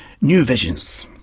new visions.